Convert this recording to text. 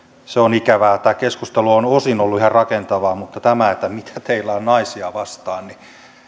se on ikävää tämä keskustelu on osin ollut ihan rakentavaa mutta siihen että mitä teillä on naisia vastaan